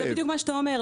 זה בדיוק מה שאתה אומר.